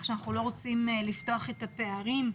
אנחנו לא רוצים לפתוח את הפערים.